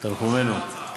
אני מנחם אותו עד, תנחומינו.